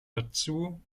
dazu